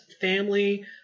family